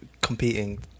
Competing